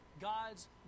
God's